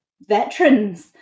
veterans